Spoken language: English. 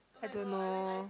I don't know